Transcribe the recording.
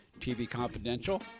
tvconfidential